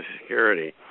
Security